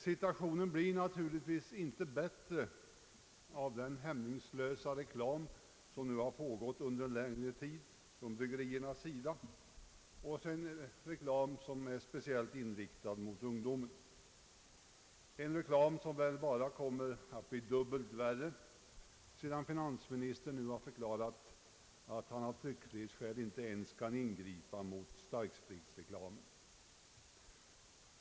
Situationen blir naturligtvis inte bättre av den hämningslösa reklam som har pågått under en längre tid från bryggeriernas sida, en reklam som är speciellt inriktad på ungdomen och som väl bara kommer att bli dubbelt värre sedan finansministern nu har förklarat att han av tryckfrihetsskäl inte kan ingripa ens mot starkspritsreklamen.